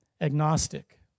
agnostic